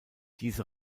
diese